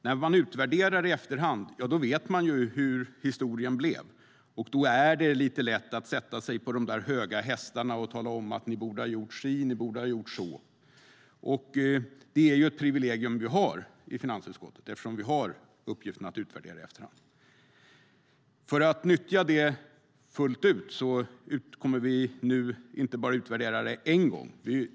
När man utvärderar i efterhand vet man hur historien blev, och då är det lätt att sätta sig på de höga hästarna och tala om att man borde ha gjort si eller så. Det är ett privilegium vi har i finansutskottet, eftersom vi har uppgiften att utvärdera i efterhand. För att nyttja detta fullt ut kommer vi nu att inte bara utvärdera det en gång.